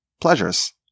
pleasures